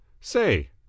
Say